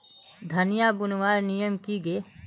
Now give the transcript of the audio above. धनिया बूनवार नियम की गे?